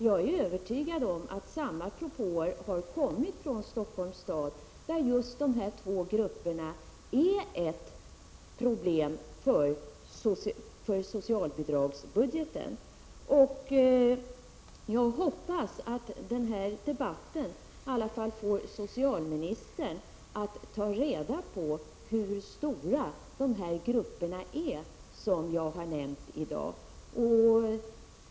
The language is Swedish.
Jag är övertygad om att samma propåer har kommit från Stockholms stad, där dessa två grupper är ett problem för socialbidragsbudgeten. Jag hoppas att denna debatt i alla fall får socialministern att ta reda på hur stora de grupper som jag har nämnt i dag är.